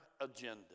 agenda